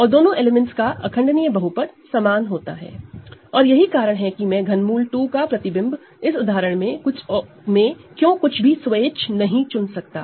और दोनों एलिमेंट्स का इररेडूसिबल पॉलीनॉमिनल समान होता है और यही कारण है कि मैं ∛ 2 की इमेज इस उदाहरण में क्यों कुछ भी स्वेच्छ नहीं चुन सकता